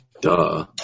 Duh